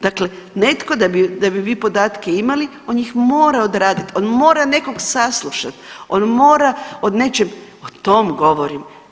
Dakle, netko da bi vi podatke imali on ih mora odraditi, on mora nekog saslušati, on mora od nečeg, o tom govorim.